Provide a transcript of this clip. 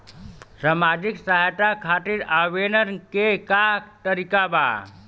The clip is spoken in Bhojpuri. सामाजिक सहायता खातिर आवेदन के का तरीका बा?